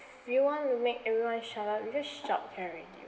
you want to make everyone shut up you just shout can already